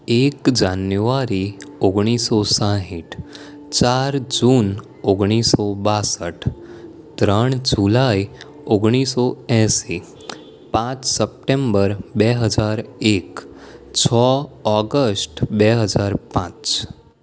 એક જાન્યુઆરી ઓગણીસસો સાઠ ચાર જૂન ઓગણીસસો બાંસઠ ત્રણ જુલાઈ ઓગણીસસો એંસી પાંચ સપ્ટેમ્બર બે હજાર એક છ ઓગસ્ટ બે હજાર પાંચ